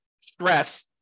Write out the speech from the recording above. stress